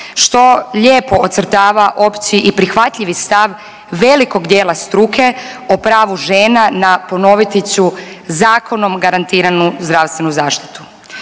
što lijepo ocrtava opciju i prihvatljivi stav velikog dijela struke o pravu žena na ponoviti ću zakonom garantiranu zdravstvenu zaštitu.